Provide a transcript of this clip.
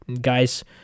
guys